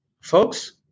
Folks